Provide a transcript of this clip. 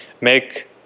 Make